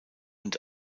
und